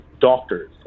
doctors